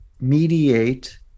mediate